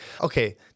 Okay